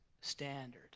standard